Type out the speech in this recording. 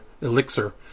elixir